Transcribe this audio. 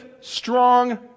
strong